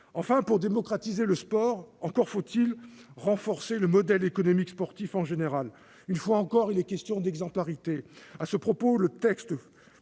Enfin, pour démocratiser le sport, encore faut-il renforcer le modèle économique sportif en général. Une fois encore, il est question d'exemplarité. Le texte